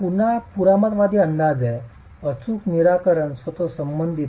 हा पुन्हा पुराणमतवादी अंदाज आहे अचूक निराकरण स्वतः संबंधित